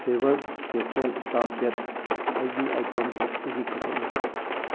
ꯐꯦꯕꯔ Castell stamp pad ꯑꯩꯒꯤ item ꯂꯤꯁꯇꯒꯤ ꯀꯛꯈꯠꯂꯨ